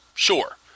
Sure